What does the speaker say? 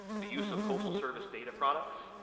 the use of postal service data products,